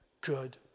good